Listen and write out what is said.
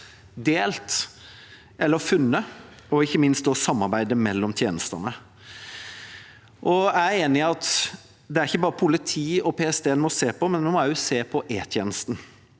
delt eller funnet, og ikke minst samarbeidet mellom tjenestene. Jeg er enig i at det ikke bare er politi og PST en må se på, en må også se på E-tjenesten.